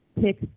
pick